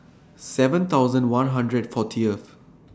seven thousand one hundred and forty